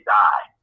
die